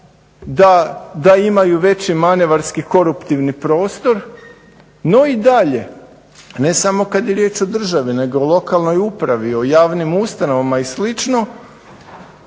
da imaju veći manevarski koruptivni prostor. No i dalje, ne samo kad je riječ o državi nego lokalnoj upravi, o javnim ustanovama i